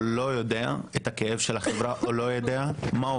הוא לא מכיר את הכאב של החברה והוא לא יודע מה באמת